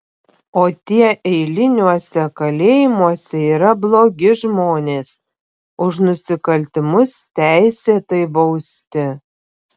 o tie eiliniuose kalėjimuose yra blogi žmonės už nusikaltimus teisėtai bausti